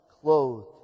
clothed